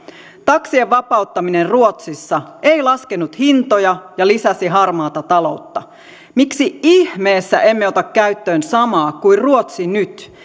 taksien vapauttaminen ruotsissa ei laskenut hintoja ja lisäsi harmaata taloutta miksi ihmeessä emme ota käyttöön samaa kuin ruotsi nyt